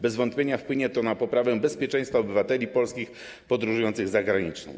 Bez wątpienia wpłynie to na poprawę bezpieczeństwa obywateli polskich podróżujących za granicę.